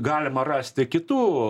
galima rasti kitų